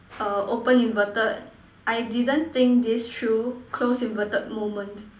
err open inverted I didn't think this through close inverted moment